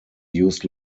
used